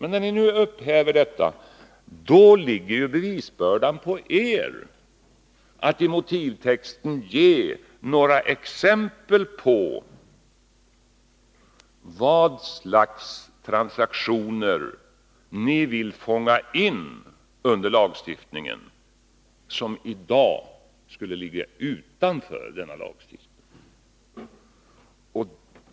När ni upphäver detta, ligger bevisbördan på er, att i motivtexten ge några exempel på vad slags transaktioner ni vill fånga in under lagstiftningen, transaktioner som i dag skulle ligga utanför lagstiftningen.